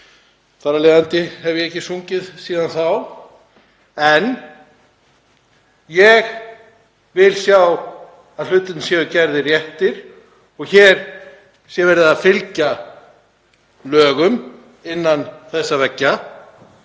Þar af leiðandi hef ég ekki sungið síðan þá. En ég vil sjá að hlutirnir séu gerðir rétt og hér sé verið að fylgja lögum, innan þessara veggja,